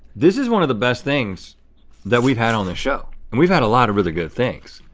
this is one of the best things that we've had on the show and we've had a lot of really good things.